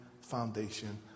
foundation